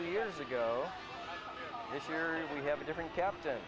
years ago this year and we have a different captain